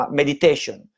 meditation